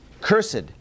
Cursed